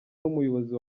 n’umuyobozi